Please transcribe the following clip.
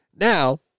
Now